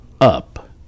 up